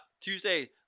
Tuesday